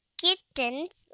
kittens